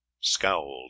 scowled